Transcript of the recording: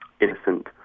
innocent